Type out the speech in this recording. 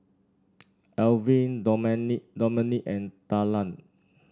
Alwine Dominic Dominic and Talan